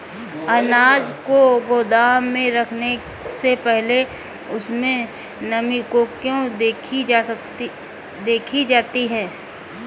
अनाज को गोदाम में रखने से पहले उसमें नमी को क्यो देखी जाती है?